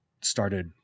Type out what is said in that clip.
started